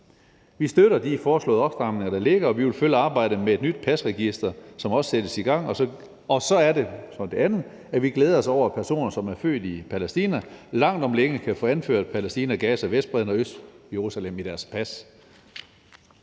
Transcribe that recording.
vi støtter de foreslåede opstramninger, der ligger her, og vi vil følge arbejdet med et nyt pasregister, som også sættes i gang. Og for det andet glæder vi os over, at personer, som er født i Palæstina, langt om længe kan få anført Palæstina, Gaza, Vestbredden eller Østjerusalem i deres pas.